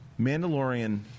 Mandalorian